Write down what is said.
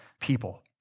people